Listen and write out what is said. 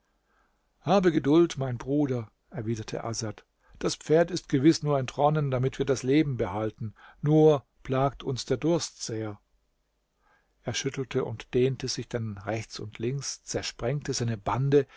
habe geduld mein bruder erwiderte asad das pferd ist gewiß nur entronnen damit wir das leben behalten nur plagt uns der durst sehr er schüttelte und dehnte sich dann rechts und links zersprengte seine bande